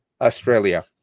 Australia